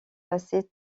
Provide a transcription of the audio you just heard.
passer